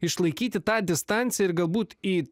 išlaikyti tą distanciją ir galbūt į